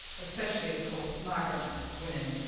especially, of course, migrant women.